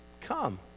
come